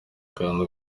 kandi